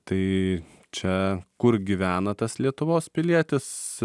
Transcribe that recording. tai čia kur gyvena tas lietuvos pilietis